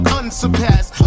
unsurpassed